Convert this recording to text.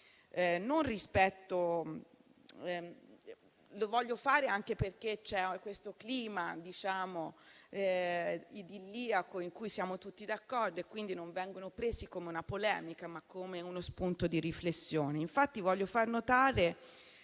lo voglio fare anche perché, nel clima idilliaco in cui siamo tutti d'accordo, verranno presi non come una polemica, ma come uno spunto di riflessione.